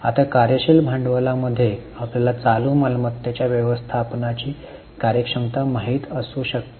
आता कार्यशील भांडवलामध्ये आपल्याला चालू मालमत्तेच्या व्यवस्थापनाची कार्यक्षमता माहित असू शकते